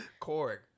Korg